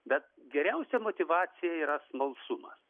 bet geriausia motyvacija yra smalsumas